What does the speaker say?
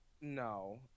No